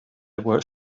were